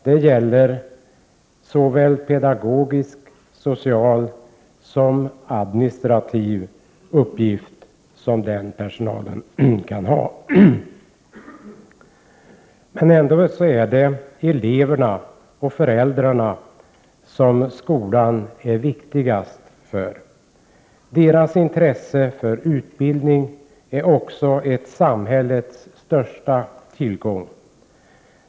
Det gäller såväl pedagogiska som sociala och administrativa uppgifter. Men ändå är det eleven och föräldrarna som skolan är viktigast för. Deras intresse för utbildning är också ett samhälles största tillgång.